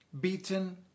beaten